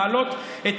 להעלות את